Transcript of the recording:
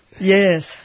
Yes